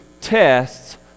tests